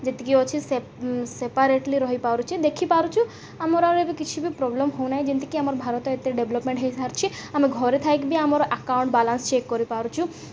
ଯେତିକି ଅଛି ସେପାରେଟ୍ଲି ରହିପାରୁଛି ଦେଖିପାରୁଛୁ ଆମର ଆଉ ଏବେ କିଛି ବି ପ୍ରୋବ୍ଲେମ୍ ହେଉନାହିଁ ଯେିତିକି ଆମର ଭାରତ ଡେଭ୍ଲପ୍ମେଣ୍ଟ୍ ହୋଇସାରିଛି ଆମେ ଘରେ ଥାଇି ବି ଆମର ଆକାଉଣ୍ଟ୍ ବାଲାନ୍ସ ଚେକ୍ କରିପାରୁଛୁ